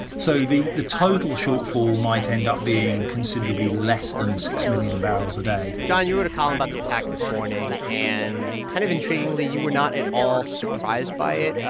so the the total shortfall might end up being considerably less than six million barrels a day john, you wrote a column about the attack this morning and, kind of intriguingly, you were not at all surprised by it.